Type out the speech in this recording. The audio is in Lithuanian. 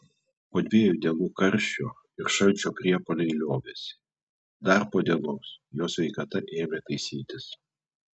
po dviejų dienų karščio ir šalčio priepuoliai liovėsi dar po dienos jo sveikata ėmė taisytis